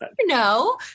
No